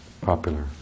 popular